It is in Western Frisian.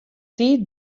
tiid